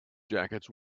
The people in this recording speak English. jackets